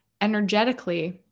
energetically